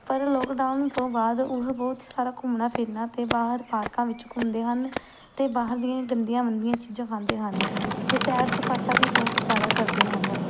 ਪਰ ਲੋਕਡਾਊਨ ਤੋਂ ਬਾਅਦ ਉਹ ਬਹੁਤ ਸਾਰਾ ਘੁੰਮਣਾ ਫਿਰਨਾ ਅਤੇ ਬਾਹਰ ਪਾਰਕਾਂ ਵਿੱਚ ਘੁੰਮਦੇ ਹਨ ਅਤੇ ਬਾਹਰ ਦੀਆਂ ਗੰਦੀਆਂ ਮੰਦੀਆਂ ਚੀਜ਼ਾਂ ਖਾਂਦੇ ਹਨ ਅਤੇ ਸੈਰ ਸਪਾਟਾ ਵੀ ਬਹੁਤ ਜ਼ਿਆਦਾ ਕਰਦੇ ਹਨ